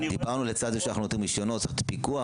דיברנו על זה שבצד זה שאנחנו נותנים רישיונות גם צריך את הפיקוח.